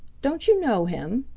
don't you know him?